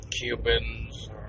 Cubans